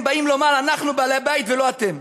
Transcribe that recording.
הם באים לומר: אנחנו בעלי-הבית ולא אתם.